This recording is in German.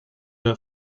der